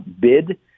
bid